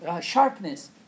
sharpness